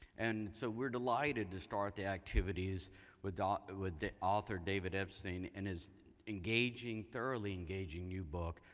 and so we're delighted to start the activities with ah with the author, david epstein and his engaging, thoroughly engaging new book,